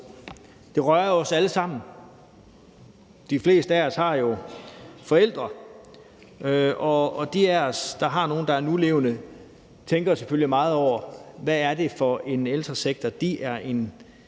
Det berører jo os alle sammen. De fleste af os har forældre, og de af os, der har nogle, der er nulevende, tænker selvfølgelig meget over, hvad det er for en ældresektor, de er en